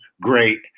great